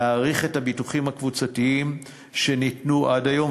להאריך את הביטוחים הקבוצתיים שניתנו עד היום,